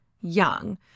young